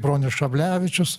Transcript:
bronius šablevičius